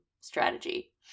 strategy